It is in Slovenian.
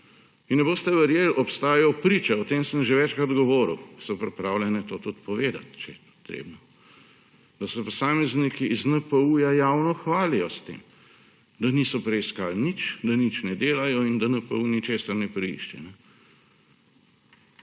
In ne boste verjeli, obstajajo priče, o tem sem že večkrat govoril, ki so pripravljene to tudi povedati, če je treba, da se posamezniki iz NPU javno hvalijo s tem, da niso preiskali nič, da nič ne delajo in da NPU ničesar ne preišče.